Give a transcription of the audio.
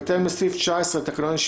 בהתאם לסעיף 19 לתקנון,